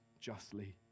justly